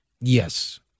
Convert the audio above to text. yes